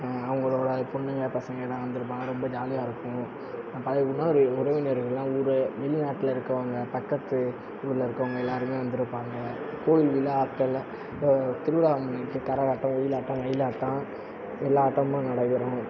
அவங்களோட பொண்ணுங்க பசங்கள் எல்லோரும் வந்திருப்பாங்க ரொம்ப ஜாலியாக இருக்கும் நம்ம பழைய உறவினர்களாக ஊர் வெளிநாட்டில் இருக்கவங்க பக்கத்து ஊரில் இருக்கவங்க எல்லோருமே வந்திருப்பாங்க கோயில் விழாக்கள்ல இப்போது திருவிழா முடிஞ்சுட்டு கரகாட்டம் ஒயிலாட்டம் மயிலாட்டம் எல்லா ஆட்டமும் நடைபெறும்